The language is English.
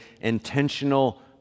intentional